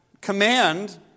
command